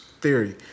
theory